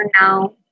now